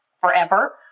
forever